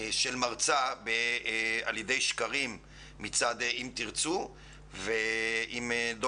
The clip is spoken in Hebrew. של מרצה על ידי שקרים מצד "אם תרצו".